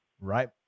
right